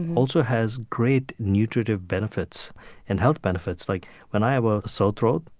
also has great nutritive benefits and health benefits. like when i have a sore throat,